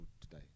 today